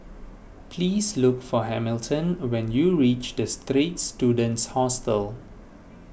please look for Hamilton when you reach the Straits Students Hostel